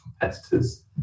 competitors